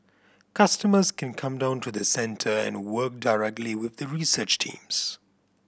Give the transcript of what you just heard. customers can come down to the centre and work directly with the research teams